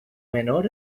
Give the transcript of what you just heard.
menor